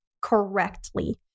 correctly